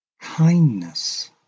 kindness